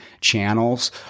channels